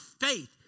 faith